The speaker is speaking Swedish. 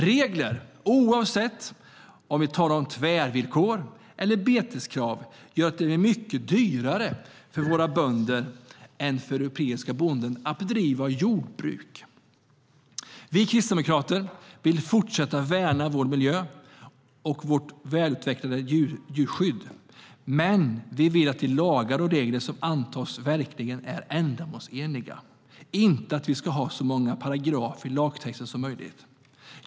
Regler, oavsett om vi talar om tvärvillkor eller beteskrav, gör att det blir mycket dyrare för våra bönder än för europeiska bönder att bedriva jordbruk. Vi kristdemokrater vill fortsätta värna vår miljö och vårt välutvecklade djurskydd, men vi vill att de lagar och regler som antas verkligen är ändamålsenliga, inte att vi ska ha så många paragrafer i lagtexterna som möjligt.